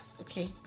Okay